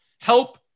Help